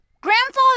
Grandfather